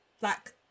black